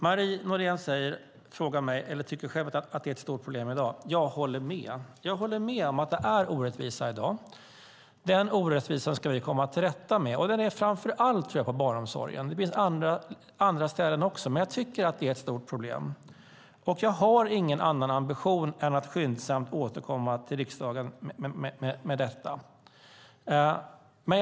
Marie Nordén tycker att det är ett stort problem i dag. Jag håller med. Jag håller med om att det finns orättvisa i dag. Den orättvisan ska vi komma till rätta med. Den tror jag framför allt finns inom barnomsorgen, även om det finns också på andra ställen, men jag tycker att det är ett stort problem där. Jag har ingen annan ambition än att skyndsamt återkomma till riksdagen.